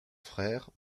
frère